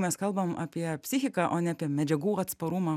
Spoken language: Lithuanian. mes kalbam apie psichiką o ne apie medžiagų atsparumą